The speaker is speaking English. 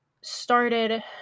started